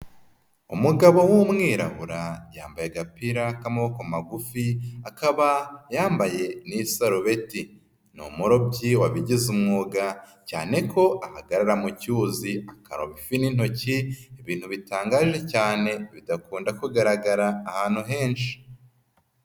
Umugabo w'umwirabura yambaye agapira k'amaboko magufi akaba yambaye n'isarubeti, ni umurobyi wabigize umwuga cyane ko ahagarara mu cyuzi akaroba ifi n'intoki, ibintu bitangaje cyane bidakunda kugaragara ahantu henshi.